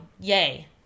yay